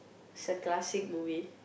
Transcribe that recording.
is a classic movie